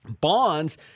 Bonds